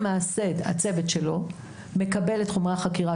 הצוות שלו מקבל את חומרי החקירה,